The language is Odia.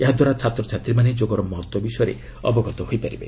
ଏହାଦ୍ୱାରା ଛାତ୍ରଛାତ୍ରୀମାନେ ଯୋଗର ମହତ୍ୱ ବିଷୟରେ ଅବଗତ ହୋଇପାରିବେ